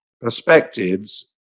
perspectives